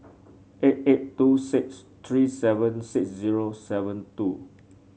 eight eight two six three seven six zero seven two